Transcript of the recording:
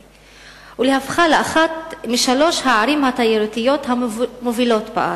ולהופכה לאחת משלוש הערים התיירותיות המובילות בארץ.